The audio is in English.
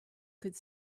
could